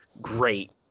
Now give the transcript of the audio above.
great